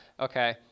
okay